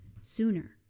sooner